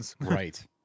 Right